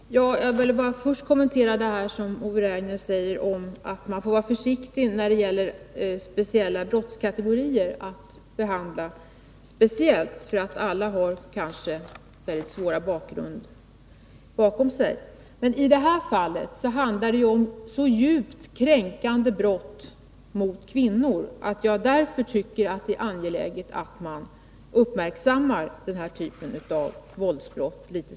Herr talman! Jag vill först kommentera det som Ove Rainer säger om att man får vara försiktig när det gäller att speciellt behandla olika brottskategorier därför att alla kanske har en svår bakgrund. Men i detta fall handlar det om så djupt kränkande brott mot kvinnor att jag tycker att det är angeläget att man speciellt uppmärksammar denna typ av våldsbrott.